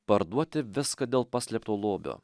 parduoti viską dėl paslėpto lobio